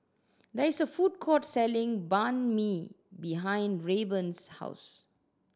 there is a food court selling Banh Mi behind Rayburn's house